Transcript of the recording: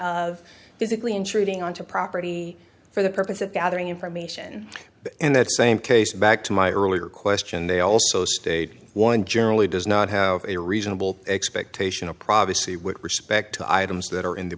of physically intruding on to property for the purpose of gathering information and that same case back to my earlier question they also state one generally does not have a reasonable expectation of privacy with respect to items that are in